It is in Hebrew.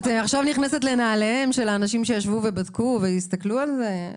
את עכשיו נכנסת לנעליהם של אנשים שישבו ובדקו והסתכלו על זה.